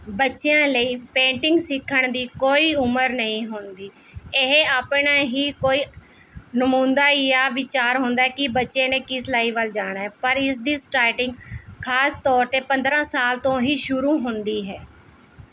ਬੱਚਿਆਂ ਲਈ ਪੇਂਟਿੰਗ ਸਿੱਖਣ ਦੀ ਕੋਈ ਉਮਰ ਨਹੀਂ ਹੁੰਦੀ ਇਹ ਆਪਣਾ ਹੀ ਕੋਈ ਯਾ ਵਿਚਾਰ ਹੁੰਦਾ ਕਿ ਬੱਚੇ ਨੇ ਕਿਸ ਲਾਈ ਵੱਲ੍ਹ ਜਾਣਾ ਪਰ ਇਸਦੀ ਸਟਾਰਟਿੰਗ ਖਾਸ ਤੌਰ 'ਤੇ ਪੰਦਰ੍ਹਾਂ ਸਾਲ ਤੋਂ ਹੀ ਸ਼ੁਰੂ ਹੁੰਦੀ ਹੈ